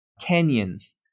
canyons